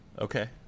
Okay